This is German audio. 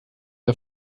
der